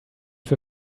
für